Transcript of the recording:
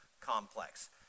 complex